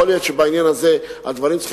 יכול להיות שבעניין הזה הדברים צריכים